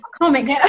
comics